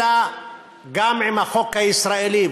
אלא גם עם החוק הישראלי,